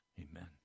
Amen